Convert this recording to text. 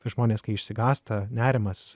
žmonės kai išsigąsta nerimas